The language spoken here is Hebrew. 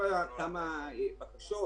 ההלוואות?